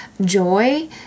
joy